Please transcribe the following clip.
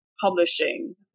Publishing